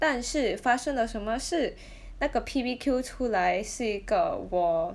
但是发生了什么事 那个 P_B_Q 出来是一个我